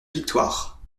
victoire